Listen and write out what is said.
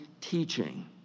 teaching